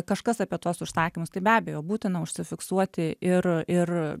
kažkas apie tuos užsakymus tai be abejo būtina užsifiksuoti ir ir